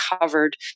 covered